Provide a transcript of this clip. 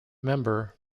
member